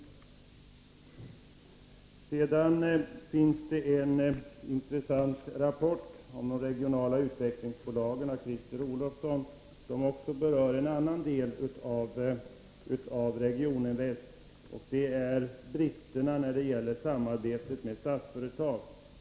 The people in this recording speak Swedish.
Det finns en intressant rapport av Christer Olofsson om de regionala utvecklingsbolagen, som också berör en annan del av Regioninvest. Det gäller bristerna i samarbetet med Statsföretag.